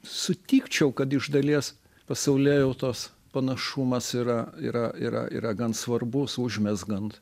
sutikčiau kad iš dalies pasaulėjautos panašumas yra yra yra yra gan svarbus užmezgant